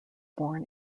born